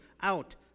out